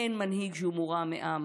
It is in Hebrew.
אין מנהיג שהוא מורם מעם,